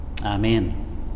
Amen